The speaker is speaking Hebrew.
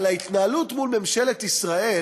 על ההתנהלות מול ממשלת ישראל,